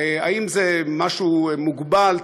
האם זה משהו מוגבל,